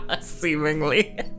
Seemingly